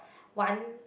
one